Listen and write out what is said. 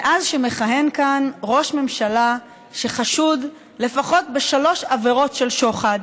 מאז שמכהן כאן ראש ממשלה שחשוד לפחות בשלוש עבירות של שוחד,